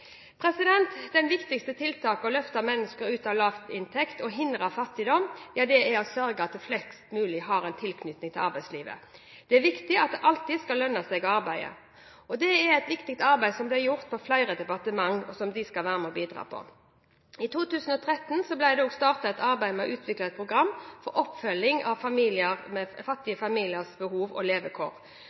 viktigste tiltaket for å løfte mennesker ut av lavinntekt og hindre fattigdom er å sørge for at flest mulig har en tilknytning til arbeidslivet. Det er viktig at det alltid skal lønne seg å arbeide. Det er et viktig arbeid som blir gjort i flere departementer som skal være med og bidra til dette. I 2013 ble det også startet et arbeid med å utvikle et program for oppfølging av fattige familiers behov og levekår.